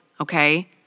okay